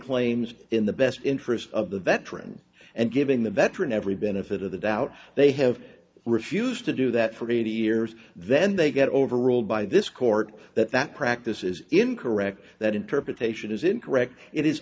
claims in the best interest of the veteran and giving the veteran every benefit of the doubt they have refused to do that for eighty years then they get overruled by this court that that practice is incorrect that interpretation is incorrect it is